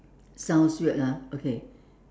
sounds weird lah okay